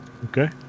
Okay